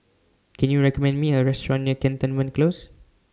Can YOU recommend Me A Restaurant near Cantonment Close